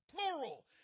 plural